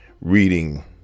reading